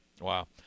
Wow